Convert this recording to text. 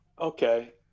Okay